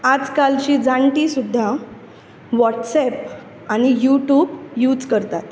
आज कालचीं जाण्टीं सुद्दां वॉट्सऍप आनी युट्यूब यूज करतात